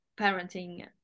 parenting